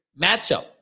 matchup